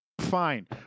Fine